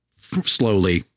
slowly